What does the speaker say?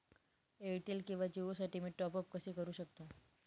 Airtel किंवा जिओसाठी मी टॉप ॲप कसे करु शकतो?